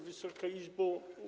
Wysoka Izbo!